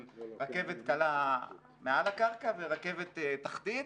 של רכבת קלה מעל הקרקע ורכבת תחתית.